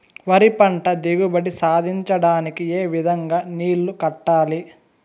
వరి పంట దిగుబడి సాధించడానికి, ఏ విధంగా నీళ్లు కట్టాలి?